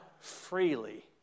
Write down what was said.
freely